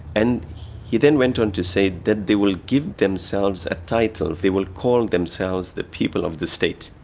and he then went on to say that they will give themselves a title, they will call themselves the people of the state.